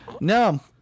No